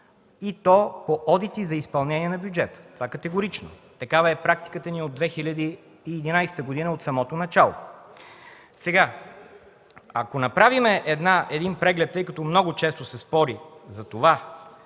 и то по одити за изпълнение на бюджета. Това е категорично. Такава е практиката ни от 2011 г., от самото начало. Ако направим един преглед, тъй като много често се спори за това